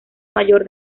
mayor